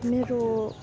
मेरो